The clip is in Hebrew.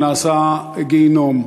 זה נעשה גיהינום.